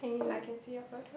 I can see your photo